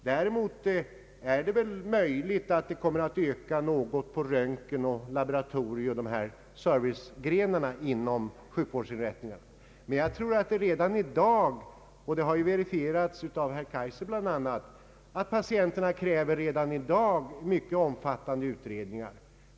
Däremot är det möjligt att trycket kan öka något på röntgenoch laboratoriesidan, servicegrenarna i sjukvårdsinrättningarna. Som bl.a. herr Kaijser har verifierat kräver dock patienterna redan i dag mycket omfattande utredningar.